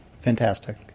Fantastic